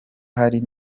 hari